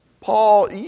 Paul